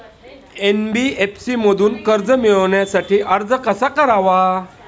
NBFC मधून कर्ज मिळवण्यासाठी अर्ज कसा करावा?